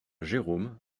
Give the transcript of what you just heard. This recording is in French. jérome